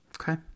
okay